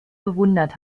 bewundert